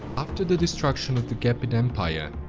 after the destruction of the gepid empire,